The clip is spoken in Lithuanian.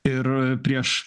ir prieš